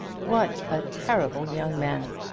what a terrible young man!